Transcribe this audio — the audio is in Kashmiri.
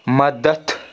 مدد